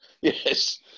Yes